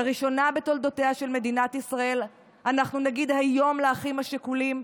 לראשונה בתולדותיה של מדינת ישראל אנחנו נגיד היום לאחים השכולים: